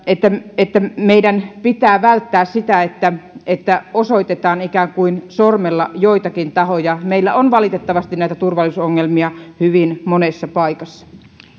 että että meidän pitää välttää sitä että että osoitetaan sormella joitakin tahoja meillä on valitettavasti näitä turvallisuusongelmia hyvin monessa paikassa